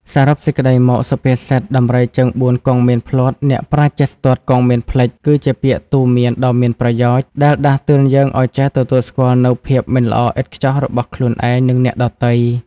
សរុបសេចក្តីមក សុភាសិត ដំរីជើងបួនគង់មានភ្លាត់ អ្នកប្រាជ្ញចេះស្ទាត់គង់មានភ្លេច គឺជាពាក្យទូន្មានដ៏មានប្រយោជន៍ដែលដាស់តឿនយើងឱ្យចេះទទួលស្គាល់នូវភាពមិនល្អឥតខ្ចោះរបស់ខ្លួនឯង និងអ្នកដទៃ។